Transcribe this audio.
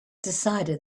decided